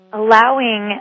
allowing